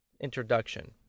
introduction